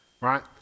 right